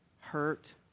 hurt